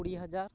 ᱠᱩᱲᱤ ᱦᱟᱡᱟᱨ